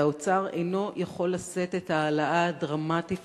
והאוצר אינו יכול לשאת את ההעלאה הדרמטית